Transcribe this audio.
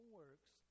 works